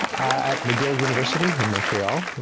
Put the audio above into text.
at mcgill university in montreal,